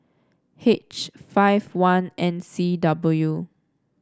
H five one N C W